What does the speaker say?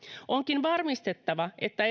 onkin varmistettava että